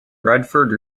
bradford